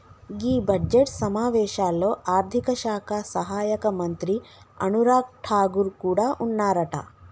గీ budget సమావేశాల్లో ఆర్థిక శాఖ సహాయక మంత్రి అనురాగ్ ఠాగూర్ కూడా ఉన్నారట